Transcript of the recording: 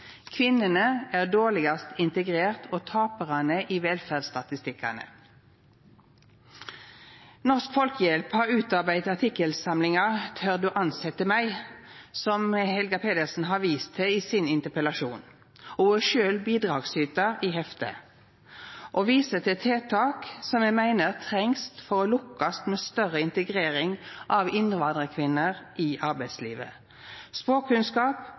Kvinnene er dårlegast integrerte og taparane i velferdsstatistikkane. Norsk Folkehjelp har utarbeidd artikkelsamlinga «Tør du ansette meg?», som Helga Pedersen har vist til i sin interpellasjon. Ho er sjølv bidragsytar i heftet og viser til tiltak som eg meiner trengst for å lukkast med større integrering av innvandrarkvinner i arbeidslivet. Språkkunnskap